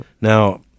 Now